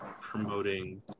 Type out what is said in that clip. promoting